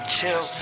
Chill